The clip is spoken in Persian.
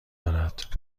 دارد